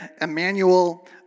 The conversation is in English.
Emmanuel